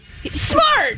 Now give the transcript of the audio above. Smart